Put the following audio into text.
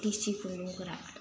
डिस्टि खुन्दुंफोरा